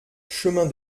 chemin